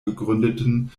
gegründeten